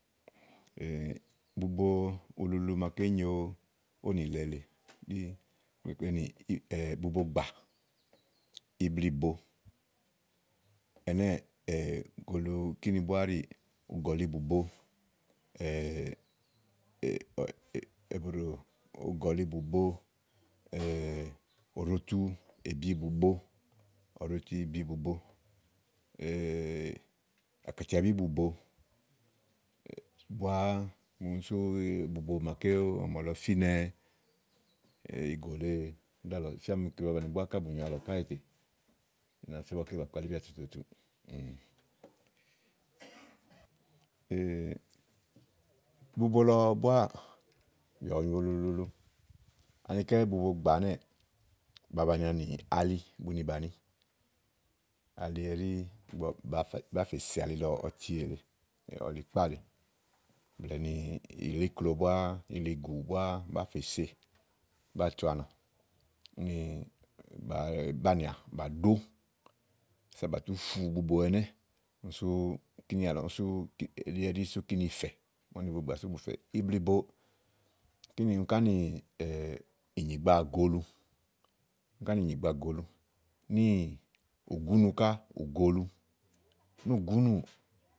bubo uluulu màaké nyo ówò nilɛ lèe ɖí ni ukleklenì bubogbà ibliìbo. ɛnɛ́ɛ̀ go ulu kíni búá áɖì ùgɔ̀libùbo òɖotuèbi bùbo ákàtiabíbùbo búáá úni sú bubo màaké ɔ̀mɔ̀lɔ fínɛ ìgò lèe ɖíálɔ̀ɔ ìfíani kibabanì búá kábù gàké tè í na fía ígbɔké ba kpalíbìà tututu bubo lɔ búáà bìà bù nyo ululuulu anikɛ́ bubogbà ɛnɛ́ɛ̀ bàa bànià nì ali aɖí bunì bànià ali ɛɖí ígbɔ bàáa se ali lɔ ɔti èle ɔlikpà lèe blɛ̀ɛ ilíklo búáá, iligù búá bàáa fè se bàáa tu anà, úni bàá banìià bà ɖó àsa bà tú fu buboɛnɛ́ úni sú kíni àlɔ úni sú elí ɛɖí sú kíni fɛ̀ úni bubogbà sú bu fɛ̀ ibliìbo kíni ká nìnyìgba gòo ulu, úni ká nìnyìgba gòo ulu níì ùgúnu ká ù go ulu núùgúnùù.